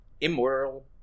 immoral